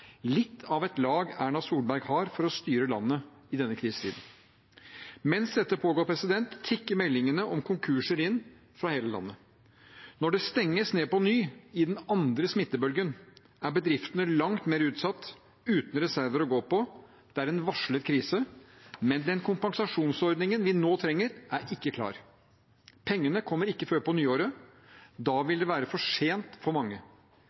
litt av et lag Erna Solberg har for å styre landet i denne krisetiden! Mens dette pågår, tikker meldingene om konkurser inn fra hele landet. Når det stenges ned på ny i den andre smittebølgen, er bedriftene langt mer utsatt, uten reserver å gå på. Det er en varslet krise, men den kompensasjonsordningen vi nå trenger, er ikke klar. Pengene kommer ikke før på nyåret. Da vil det være for sent for mange.